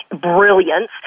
brilliance